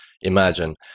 imagine